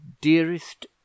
dearest